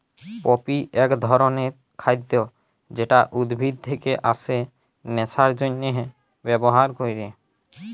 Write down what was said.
poppy এক ধরণের খাদ্য যেটা উদ্ভিদ থেকে আসে নেশার জন্হে ব্যবহার ক্যরে